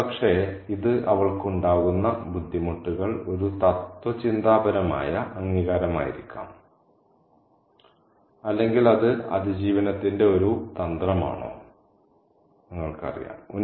ഒരുപക്ഷേ ഇത് അവൾക്ക് ഉണ്ടാകുന്ന ബുദ്ധിമുട്ടുകൾ ഒരു തത്ത്വചിന്താപരമായ അംഗീകാരമായിരിക്കാം അല്ലെങ്കിൽ അത് അതിജീവനത്തിന്റെ ഒരു തന്ത്രമാണോ നിങ്ങൾക്കറിയാം